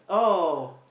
oh